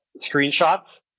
screenshots